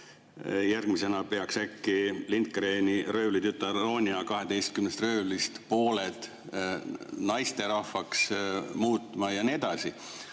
järgmisena peaks äkki Lindgreni "Röövlitütar Ronja" 12 röövlist pooled naisterahvaks muutma ja nii edasi.